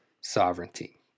sovereignty